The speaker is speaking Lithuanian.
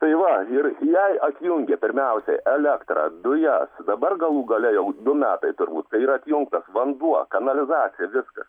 tai va ir jai atjungė pirmiausiai elektrą dujas dabar galų gale jau du metai turbūt kai yra atjungtas vanduo kanalizacija viskas